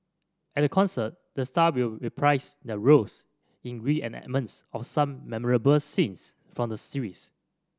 at the concert the star will reprise their roles in reenactments of some memorable scenes from the series